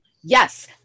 yes